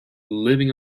living